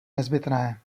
nezbytné